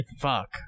Fuck